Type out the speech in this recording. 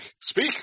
Speak